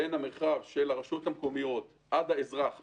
בין המרחב של הרשויות המקומיות עד האזרח בקצה.